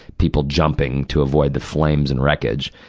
people jumping to avoid the flames and wreckage.